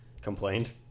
complained